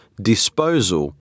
disposal